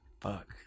Fuck